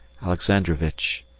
alexandrovitch,